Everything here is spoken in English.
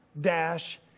Dash